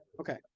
Okay